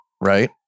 right